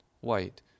white